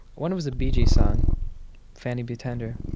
one was a bee gees song fanny be tender.